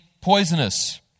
poisonous